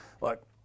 Look